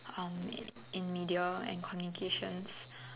um in in media and communications